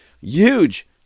huge